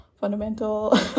fundamental